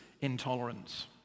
intolerance